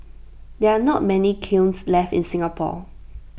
there are not many kilns left in Singapore